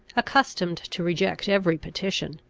accustomed to reject every petition,